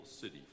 city